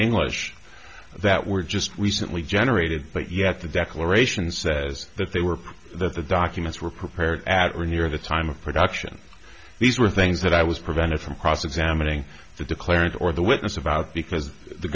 english that were just recently generated but yet the declaration says that they were that the documents were prepared at or near the time of production these were things that i was prevented from cross examining the declarant or the witness about because the